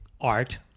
art